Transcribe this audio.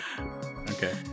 Okay